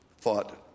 fought